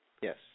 Yes